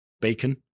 bacon